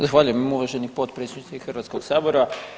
Zahvaljujem uvaženi potpredsjedniče Hrvatskog sabora.